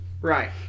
Right